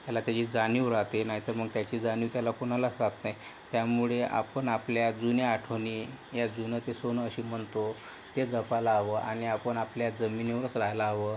त्याला त्याची जाणीव राहते नाहीतर मग त्याची जाणीव त्याला कुणालाच राहत नाही त्यामुळे आपण आपल्या जुन्या आठवणी या जुनं ते सोनं अशी म्हणतो ते जपायला हवं आणि आपण आपल्या जमिनीवरच राहायला हवं